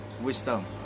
wisdom